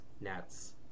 Nets